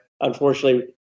unfortunately